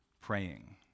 praying